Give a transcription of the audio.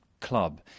club